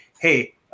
hey